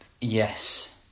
Yes